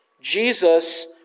Jesus